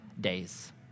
days